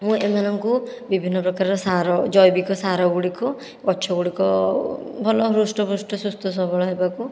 ମୁଁ ଏମାନଙ୍କୁ ବିଭିନ୍ନ ପ୍ରକାର ସାର ଜୈବିକ ସାର ଗୁଡ଼ିକୁ ଗଛ ଗୁଡ଼ିକ ଭଲ ହୃଷ୍ଟ ପୃଷ୍ଟ ସୁସ୍ଥ ସବଳ ହେବାକୁ